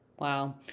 Wow